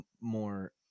more